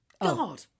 God